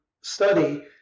study